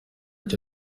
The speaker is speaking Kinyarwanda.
icyo